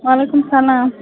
وعلیکُم سَلام